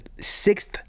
sixth